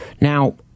Now